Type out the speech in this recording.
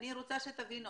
אני רוצה שתבינו,